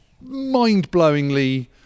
mind-blowingly